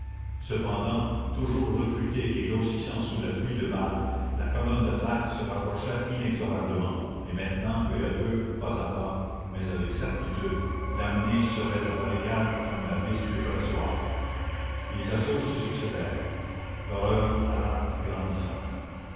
cependant toujours recrutée et grossissant sous la pluie de balles la colonne d'attaque se rapprochait inexorablement et maintenant peu à peu pas à pas mais avec certitude l'amenée serrait la barricade comme la vis le pressoir les assauts se succédèrent l'horreur alla grandissant